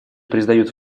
признают